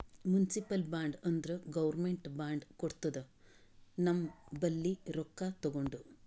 municipal bond ಅಂದುರ್ government bond ಕೊಡ್ತುದ ನಮ್ ಬಲ್ಲಿ ರೊಕ್ಕಾ ತಗೊಂಡು